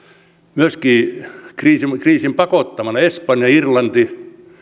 myöskin kriisin pakottamana espanja irlanti